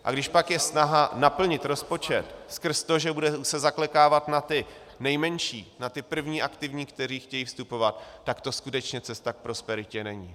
A když pak je snaha naplnit rozpočet skrz to, že se bude zaklekávat na ty nejmenší, na ty první aktivní, kteří chtějí vstupovat, tak to skutečně cesta k prosperitě není.